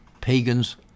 pagans